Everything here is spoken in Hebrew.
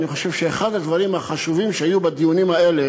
אני חושב שאחד הדברים החשובים שהיו בדיונים האלה